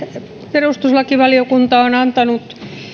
perustuslakivaliokunta on antanut